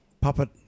puppet